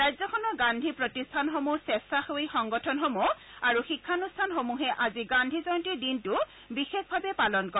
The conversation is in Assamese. ৰাজ্যখনৰ গান্ধী প্ৰতিষ্ঠানসমূহ স্কেছাসেৱী সংগঠনসমূহ আৰু শিক্ষানুষ্ঠানসমূহে আজিগান্ধী জয়ন্তীৰ দিনটো বিশেষভাবে পালন কৰে